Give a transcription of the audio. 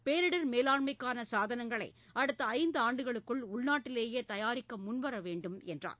பேரிடர் மேலாண்மைக்கான சாதனங்களை அடுத்த ஐந்தாண்டுகளுக்குள் உள்நாட்டிலேயே தயாரிக்க முன்வர வேண்டும் என்றார்